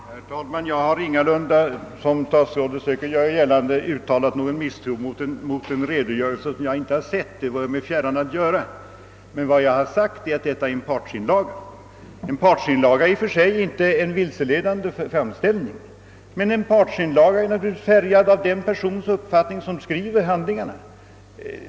Herr talman! Jag har ingalunda, som statsrådet söker göra gällande, uttalat någon misstro mot en redogörelse som jag inte har sett — det vore mig fjärran att göra det. Vad jag har sagt är att denna redogörelse blir en partsinlaga. En partsinlaga är i och för sig inte någon vilseledande framställning, men den är färgad av uppfattningen hos den part som skriver handlingarna.